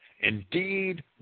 Indeed